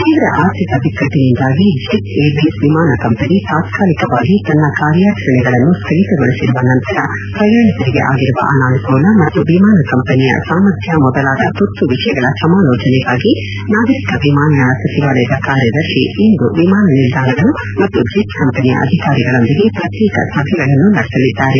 ತೀವ ಆರ್ಥಿಕ ಬಿಕ್ಕಟ್ಟಿನಿಂದಾಗಿ Jet Airways ವಿಮಾನ ಕಂಪನಿ ತಾತ್ನಾಲಿಕವಾಗಿ ತನ್ನ ಕಾರ್ಯಾಚರಣೆಗಳನ್ನು ಸ್ಥಗಿತಗೊಳಿಸಿರುವ ನಂತರ ಪ್ರಯಾಣಿಕರಿಗೆ ಆಗಿರುವ ಅನಾನುಕೂಲ ಮತ್ತು ವಿಮಾನ ಕಂಪನಿಯ ಸಾಮರ್ಥ್ಯ ಮೊದಲಾದ ತುರ್ತು ವಿಷಯಗಳ ಸಮಾಲೋಚನೆಗಾಗಿ ನಾಗರಿಕ ವಿಮಾನಯಾನ ಸಚಿವಾಲಯದ ಕಾರ್ಯದರ್ಶಿ ಇಂದು ವಿಮಾನ ನಿಲ್ದಾಣಗಳು ಮತ್ತು ಜೆಟ್ ಕಂಪನಿಯ ಅಧಿಕಾರಿಗಳೊಂದಿಗೆ ಪ್ರತ್ಯೇಕ ಸಭೆಗಳನ್ನು ನಡೆಸಲಿದ್ದಾರೆ